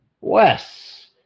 Wes